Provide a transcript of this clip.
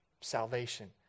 salvation